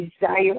desire